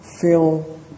feel